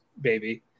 baby